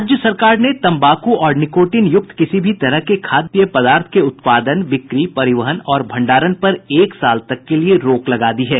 राज्य सरकार ने तंबाकू और निकोटिन युक्त किसी भी तरह के खाद्य पदार्थ के उत्पादन बिक्री परिवहन और भंडारण पर एक साल तक के लिए रोक लगा दी है